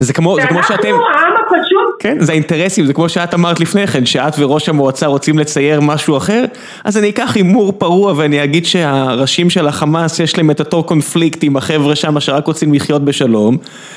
זה כמו, זה כמו שאתם... אנחנו העם הפשוט. זה אינטרסים, זה כמו שאת אמרת לפני כן, שאת וראש המועצה רוצים לצייר משהו אחר, אז אני אקח הימור פרוע ואני אגיד שהראשים של החמאס יש להם את אותו קונפליקט עם החבר'ה שם שרק רוצים לחיות בשלום.